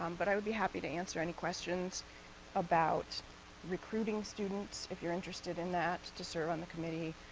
um but i would be happy to answer any questions about recruiting students, if you're interested in that, to serve on the committee,